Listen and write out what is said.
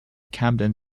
camden